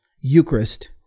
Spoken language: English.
Eucharist